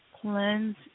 Cleanse